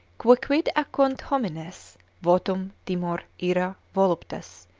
quicquid agunt homines votum, timor, ira, voluptas,